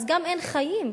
גם אין חיים.